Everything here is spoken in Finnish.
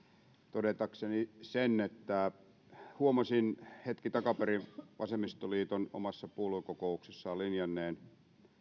todetakseni sen että huomasin hetki takaperin vasemmistoliiton omassa puoluekokouksessaan linjanneen